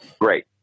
Great